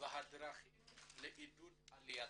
והדרכים לעידוד עלייתם.